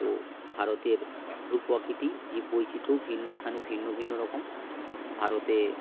তো ভারতের ভূপ্রকৃতি জীব বৈচিত্র ভিন্ন স্থানে ভিন্ন ভিন্ন রকম ভারতে